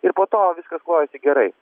ir po to viskas klojosi gerai